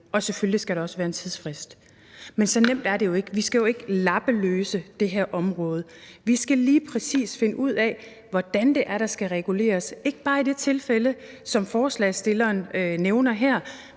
og selvfølgelig skal der også være en tidsfrist. Men så nemt er det jo ikke. Vi skal jo ikke lave lappeløsninger på det her område; vi skal finde ud af lige præcis, hvordan der skal reguleres, ikke bare i det tilfælde, som forslagsstilleren nævner her,